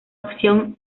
opción